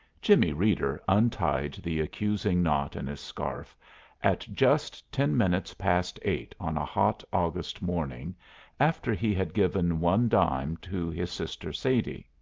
jimmie reeder untied the accusing knot in his scarf at just ten minutes past eight on a hot august morning after he had given one dime to his sister sadie.